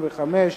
35),